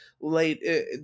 late